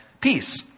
peace